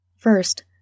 First